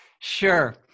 Sure